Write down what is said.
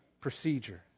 procedure